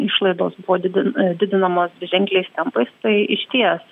išlaidos buvo didin didinamos dviženkliais tempais tai išties